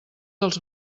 els